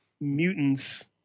mutants